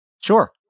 sure